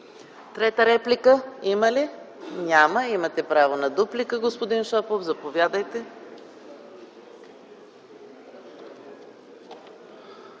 Трета реплика има ли? Няма. Имате право на дуплика, господин Шопов. Заповядайте.